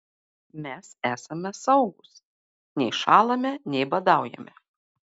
mes esame saugūs nei šąlame nei badaujame